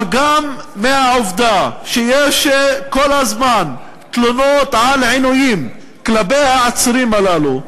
אבל גם מהעובדה שיש כל הזמן תלונות על עינויים כלפי העצורים הללו,